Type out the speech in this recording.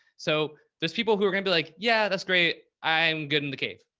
so those people who are going to be like, yeah, that's great. i'm good in the cave.